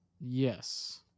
Yes